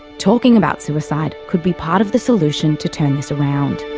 talking about suicide could be part of the solution to turn this around.